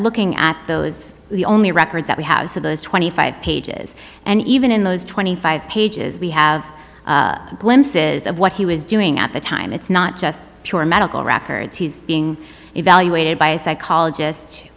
looking at those the only records that we have so those twenty five pages and even in those twenty five pages we have glimpses of what he was doing at the time it's not just your medical records he's being evaluated by a psychologist